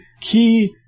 key